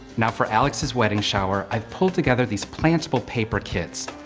now for alex's wedding shower i pulled together these plantable paper kits.